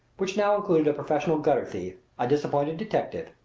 which now included a professional gutter-thief, a disappointed detective,